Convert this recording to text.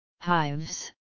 Hives